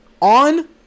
on